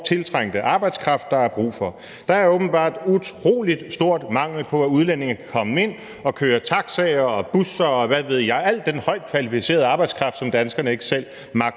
tiltrængte arbejdskraft, der er brug for. Der er åbenbart en utrolig stor mangel på udlændinge, der kan komme ind at køre taxaer og busser, og hvad ved jeg – al den højt kvalificerede arbejdskraft, som danskerne ikke selv magter